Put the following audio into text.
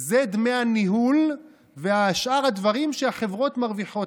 זה דמי הניהול ושאר הדברים שהחברות מרוויחות,